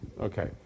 Okay